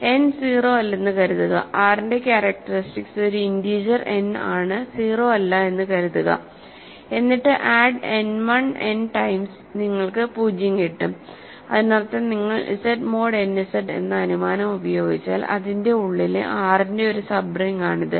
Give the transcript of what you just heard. n 0 അല്ലെന്ന് കരുതുക R ന്റെ ക്യാരക്ടറിസ്റ്റിക്സ് ഒരു ഇന്റീജർ n ആണ് 0 അല്ല എന്ന് കരുതുക എന്നിട്ട് ആഡ് n 1 n ടൈംസ് നിങ്ങൾക്ക് 0 കിട്ടും അതിനർത്ഥം നിങ്ങൾ Z മോഡ് n Z എന്ന അനുമാനം ഉപയോഗിച്ചാൽ അതിന്റെ ഉള്ളിലെ R ന്റെ ഒരു സബ് റിങ് ആണിത്